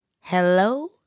hello